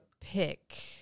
pick